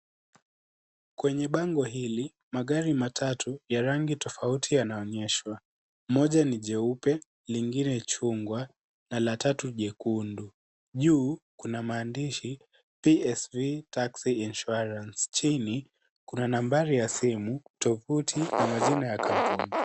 Kwenye bango hili, magari matatu ya rangi tofauti yanaonyeshwa. Moja ni jeupe, lingine chungwa na la tatu jekundu . Juu kuna maandishi, PSV Taxi Insurance. Chini, kuna nambari, tovuti.